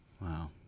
Wow